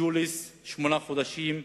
בג'וליס, שמונה חודשים,